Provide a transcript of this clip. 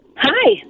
Hi